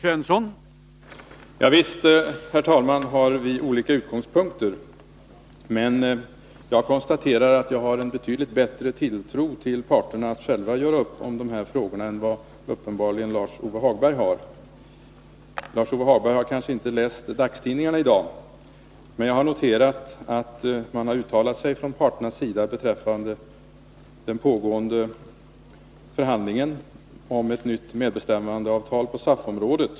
Herr talman! Visst har Lars-Ove Hagberg och jag olika utgångspunkter. Men jag konstaterar att jag uppenbarligen har en betydligt större tilltro än han till parterna när det gäller möjligheterna för dem att själva göra upp i dessa frågor. Lars-Ove Hagberg har kanske inte läst dagstidningarna i dag. Jag har noterat att parterna har uttalat sig beträffande den pågående förhandlingen om ett nytt medbestämmandeavtal på SAF-området.